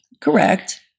Correct